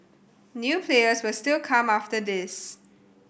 new players will still come after this